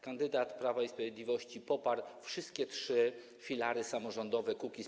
Kandydat Prawa i Sprawiedliwości poparł wszystkie trzy filary samorządowe Kukiz’15.